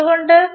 എന്തുകൊണ്ട്